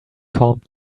calmed